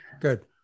Good